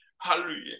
Hallelujah